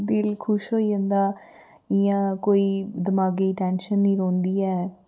दिल खुश होई जंदा इ'यां कोई दमागै गी टैंशन नि रौंह्दी ऐ